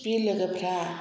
बि लोगोफ्रा